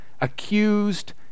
accused